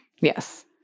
Yes